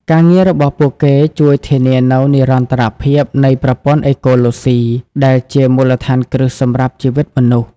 ការងាររបស់ពួកគេជួយធានានូវ និរន្តរភាពនៃប្រព័ន្ធអេកូឡូស៊ី ដែលជាមូលដ្ឋានគ្រឹះសម្រាប់ជីវិតមនុស្ស។